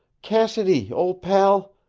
cassidy, old pal